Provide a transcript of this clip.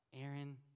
Aaron